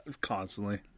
Constantly